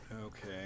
Okay